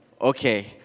okay